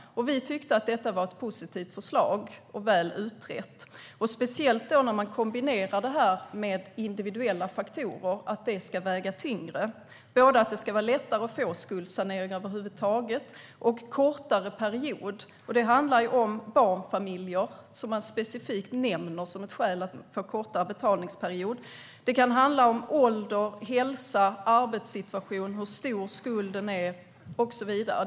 Vi tyckte att det var ett positivt och väl utrett förslag, speciellt när man kombinerar med individuella faktorer, som ska väga tyngre. Det ska vara lättare både att få skuldsanering över huvud taget och att få det under en kortare period. Det handlar om barnfamiljer, som man specifikt nämner som ett skäl för att få kortare betalningsperiod. Det kan handla om ålder, hälsa, arbetssituation, hur stor skulden är och så vidare.